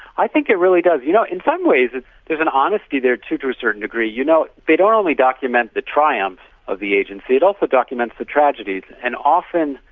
i think it really does. you know, in some ways there is an honesty there too, to a certain degree. you know they don't only document the triumphs of the agency, it also documents the tragedies, and often.